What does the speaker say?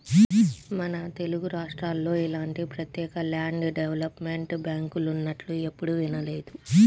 మన తెలుగురాష్ట్రాల్లో ఇలాంటి ప్రత్యేక ల్యాండ్ డెవలప్మెంట్ బ్యాంకులున్నట్లు ఎప్పుడూ వినలేదు